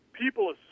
People